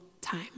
time